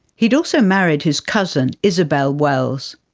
he had also married his cousin, isabel wells.